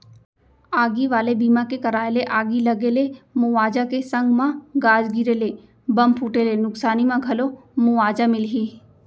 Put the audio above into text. आगी वाले बीमा के कराय ले आगी लगे ले मुवाजा के संग म गाज गिरे ले, बम फूटे ले नुकसानी म घलौ मुवाजा मिलही